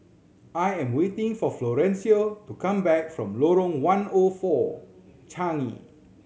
I am waiting for Florencio to come back from Lorong One O Four Changi